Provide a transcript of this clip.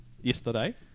yesterday